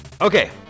Okay